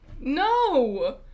No